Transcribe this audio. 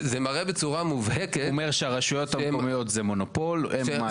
הוא אומר שהרשויות המקומיות זה מונופול הן מעדיפים תחרות.